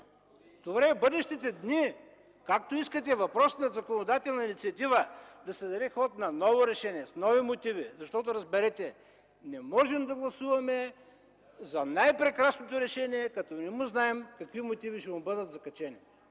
Добре, бъдещите дни, както искате, въпрос на законодателна инициатива е да се даде ход на ново решение с нови мотиви. Защото, разберете, не можем да гласуваме и за най-прекрасното решение като не знаем какви мотиви ще му бъдат закачени.